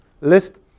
list